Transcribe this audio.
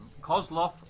Kozlov